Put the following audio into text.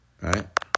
right